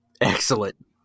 Excellent